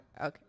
Okay